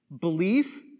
Belief